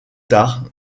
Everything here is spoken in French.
tard